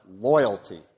loyalty